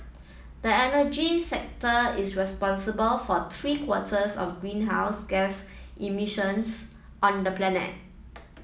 the energy sector is responsible for three quarters of greenhouse gas emissions on the planet